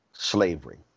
slavery